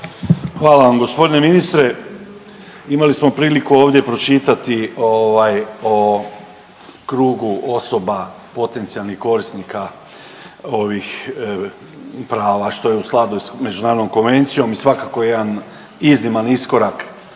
Hvala vam. Gospodine ministre, imali smo priliku ovdje pročitati o krugu osoba potencijalnih korisnika ovih prava i što je u skladu s međunarodnom konvencijom i svakako je jedan izniman iskorak